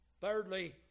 Thirdly